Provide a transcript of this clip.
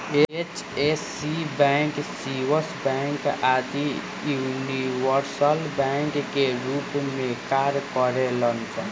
HFC bank, Swiss bank आदि universal bank के रूप में कार्य करेलन सन